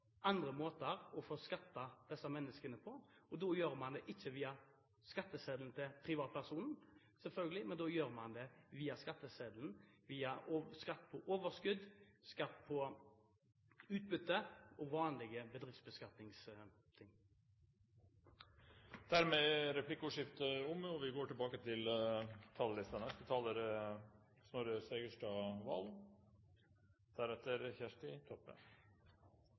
andre måter å skatte disse menneskene på. Da gjør man det ikke via skatteseddelen til privatpersonen, selvfølgelig, man gjør det via skatteseddelen i form av skatt på overskudd, skatt på utbytte og vanlige bedriftsbeskatningsmåter. Replikkordskiftet er over. Utslipp av CO2 øker konsentrasjonen av drivhusgasser i atmosfæren, og forskere fastslår at det fører til